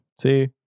See